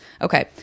okay